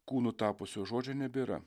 kūnu tapusio žodžio nebėra